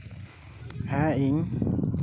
ᱦᱮᱸ ᱤᱧ